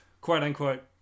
quote-unquote